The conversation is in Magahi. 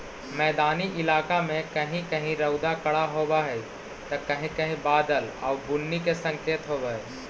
मैदानी इलाका में कहीं कहीं रउदा कड़ा होब हई त कहीं कहीं बादल आउ बुन्नी के संकेत होब हई